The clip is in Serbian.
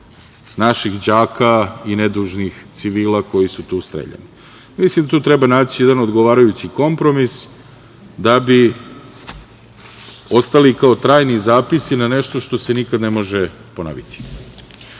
naših đaka i nedužnih civila koji su tu streljani. Mislim da tu treba naći jedan odgovarajući kompromis da bi ostali kao trajni zapisi na nešto što se nikad ne može ponoviti. Što